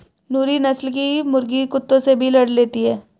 नूरी नस्ल की मुर्गी कुत्तों से भी लड़ लेती है